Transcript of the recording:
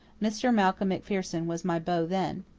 mr. malcolm macpherson was my beau then.